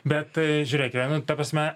bet žiūrėkime nu ta prasme